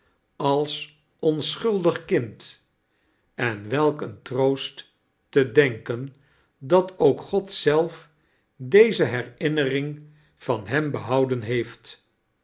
ale onschuldig kind en welk een troost te denken dat ook god zelf deze herinnering van hem behouden heeftl